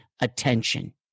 attention